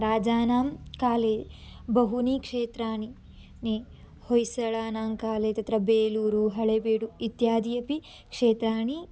राजानां काले बहूनि क्षेत्राणि न होयिसळानां काले तत्र बेलूरु हळेबीडु इत्यादीनि अपि क्षेत्राणि